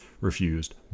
refused